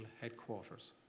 headquarters